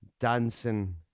dancing